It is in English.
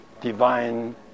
divine